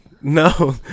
No